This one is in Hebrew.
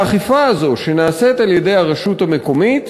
שהאכיפה הזאת, שנעשית על-ידי הרשות המקומית,